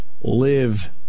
live